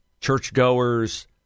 churchgoers